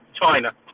China